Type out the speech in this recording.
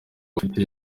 bafite